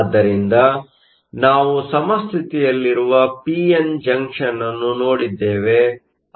ಆದ್ದರಿಂದ ಇಂದು ನಾವು ಸಮಸ್ಥಿತಿಯಲ್ಲಿರುವ ಪಿ ಎನ್ ಜಂಕ್ಷನ್Junction ಅನ್ನು ನೋಡಿದ್ದೇವೆ